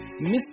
Mr